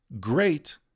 great